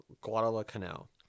Guadalcanal